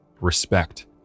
respect